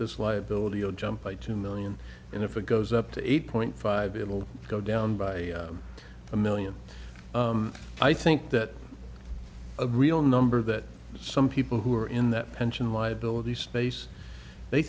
this liability go jump by two million and if it goes up to eight point five it will go down by a million i think that a real number that some people who are in that pension liabilities space they